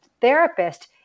therapist